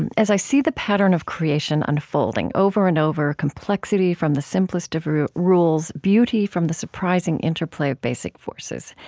and as i see the pattern of creation unfolding, over and over, complexity from the simplest of rules, beauty from the surprising interplay of basic forces,